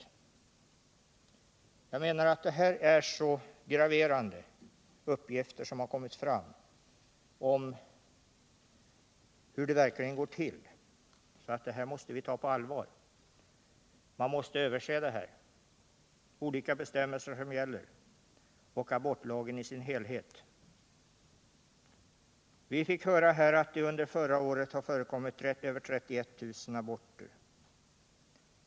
Enligt min mening är det så graverande uppgifter som kommit fram om hur det verkligen går till att vi måste ta dem på allvar. Man måste se över de olika bestämmelser som gäller och abortlagen i dess helhet. Vi fick här höra att det under förra året förekom över 31 000 aborter.